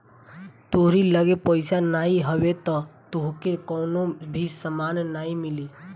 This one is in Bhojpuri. तोहरी लगे पईसा नाइ हवे तअ तोहके कवनो भी सामान नाइ मिली